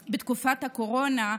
שנוצר בתקופת הקורונה,